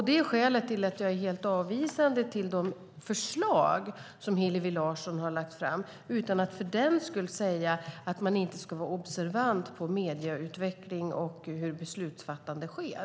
Det är skälet till att jag är helt avvisande till de förslag som Hillevi Larsson har lagt fram, utan att för den skull säga att man inte ska vara observant på medieutveckling och hur beslutsfattande sker.